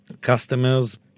customers